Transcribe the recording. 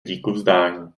díkuvzdání